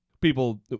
People